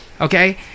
Okay